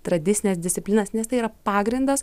tradicines disciplinas nes tai yra pagrindas